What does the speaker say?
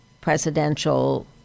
presidential